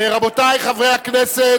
רבותי חברי הכנסת,